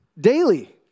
daily